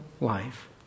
life